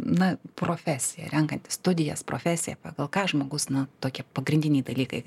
na profesiją renkantis studijas profesiją pagal ką žmogus na tokie pagrindiniai dalykai